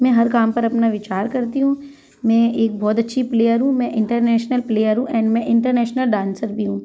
मैं हर काम पर अपना विचार करती हूँ मैं एक बहुत अच्छी प्लेयर हूँ मैं इंटरनेशनल प्लेयर हूँ एंड मैं इंटरनेशनल डांसर भी हूँ